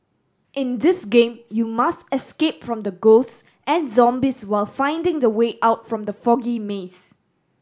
in this game you must escape from the ghosts and zombies while finding the way out from the foggy maze